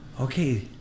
Okay